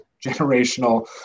generational